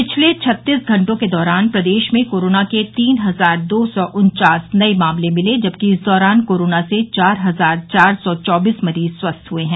पिछले छत्तीस घंटों के दौरान प्रदेश में कोरोना के तीन हजार दो सौ उन्वास नये मामले मिले जबकि इस दौरान कोरोना से चार हजार चार सौ चौबीस मरीज स्वस्थ हुए हैं